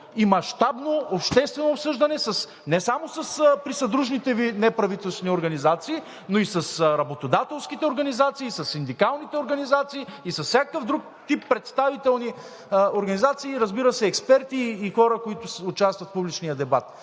и мащабно обществено обсъждане не само с присъдружните Ви неправителствени организации, но и с работодателските организации, със синдикалните организации и с всякакъв друг тип представителни организации, разбира се, експерти и хора, които участват в уличния дебат.